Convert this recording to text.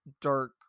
dark